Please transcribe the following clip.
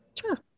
Sure